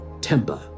timber